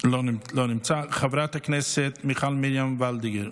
לא נמצא, חברת הכנסת מיכל מרים וולדיגר,